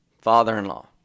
father-in-law